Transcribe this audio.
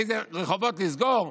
איזה רחובות לסגור?